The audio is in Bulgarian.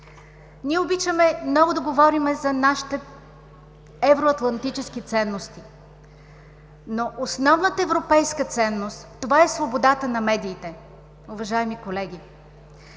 Ние обичаме много да говорим за нашите евроатлантически ценности, но основната европейска ценност е свободата на медиите, уважаеми колеги.